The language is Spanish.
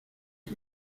que